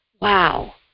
wow